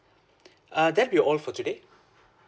uh that'll be all for today